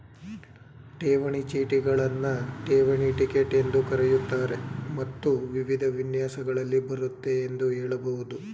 ಠೇವಣಿ ಚೀಟಿಗಳನ್ನ ಠೇವಣಿ ಟಿಕೆಟ್ ಎಂದೂ ಕರೆಯುತ್ತಾರೆ ಮತ್ತು ವಿವಿಧ ವಿನ್ಯಾಸಗಳಲ್ಲಿ ಬರುತ್ತೆ ಎಂದು ಹೇಳಬಹುದು